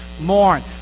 Mourn